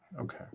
Okay